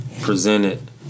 presented